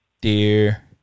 Dear